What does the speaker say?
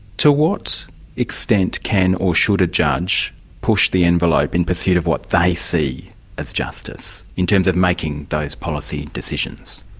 to what extent can or should a judge push the envelope in pursuit of what they see as justice in terms of making those policy decisions?